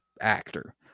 actor